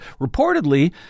reportedly